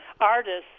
artists